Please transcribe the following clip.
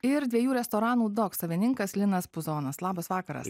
ir dviejų restoranų dock savininkas linas puzonas labas vakaras